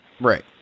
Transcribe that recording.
Right